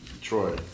Troy